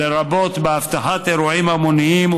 לרבות באבטחת אירועים המוניים,